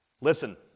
Listen